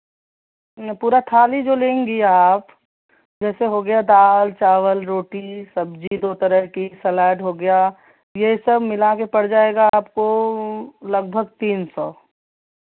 ना पूरा थाली जो लेंगी आप जैसे हो गया दाल चावल रोटी सब्ज़ी दो तरह की सलाड हो गया यह सब मिला के पड़ जाएगा आपको लगभग तीन सौ